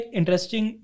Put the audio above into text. interesting